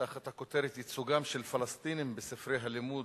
תחת הכותרת: "ייצוגם של פלסטינים בספרי הלימוד,